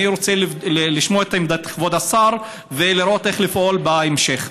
אני רוצה לשמוע את עמדת כבוד השר ולראות איך לפעול בהמשך.